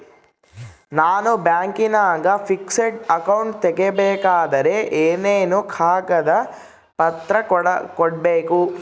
ನಾನು ಬ್ಯಾಂಕಿನಾಗ fixed account ತೆರಿಬೇಕಾದರೆ ಏನೇನು ಕಾಗದ ಪತ್ರ ಕೊಡ್ಬೇಕು?